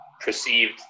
perceived